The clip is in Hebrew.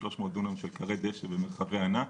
300 דונם של כרי דשא ומרחבי ענק,